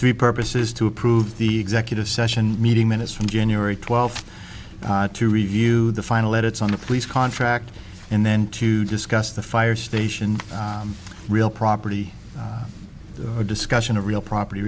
three purposes to approve the executive session meeting minutes from january twelfth to review the final edits on the police contract and then to discuss the fire station real property a discussion of real property